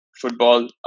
football